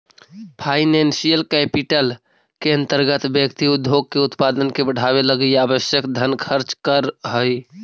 financial capital के अंतर्गत व्यक्ति उद्योग के उत्पादन के बढ़ावे लगी आवश्यक धन खर्च करऽ हई